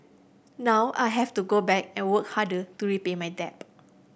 now I have to go back and work harder to repay my debt